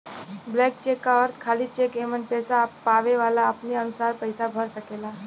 blank cheque क अर्थ खाली चेक एमन पैसा पावे वाला अपने अनुसार पैसा भर सकेला